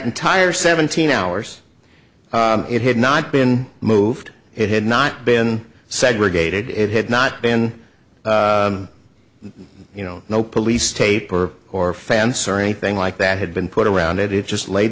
entire seventeen hours it had not been moved it had not been segregated it had not been you know no police tape or or fence or anything like that had been put around it it's just la